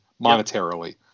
monetarily